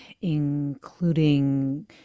including